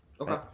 Okay